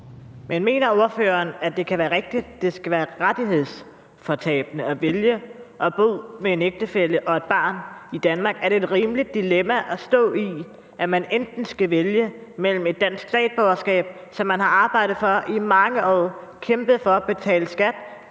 Men mener ordføreren, at det kan være rigtigt, at det skal være rettighedsfortabende at vælge at bo med en ægtefælle og et barn i Danmark? Er det et rimeligt dilemma at stå i, at man enten skal vælge et dansk statsborgerskab, som man har arbejdet og kæmpet for i mange år ved at betale skat